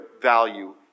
value